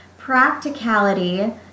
practicality